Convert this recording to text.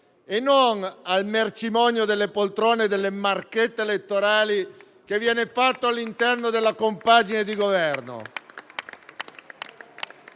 che al mercimonio delle poltrone e delle marchette elettorali fatto all'interno della compagine di Governo.